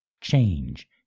change